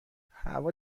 هوا